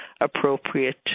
appropriate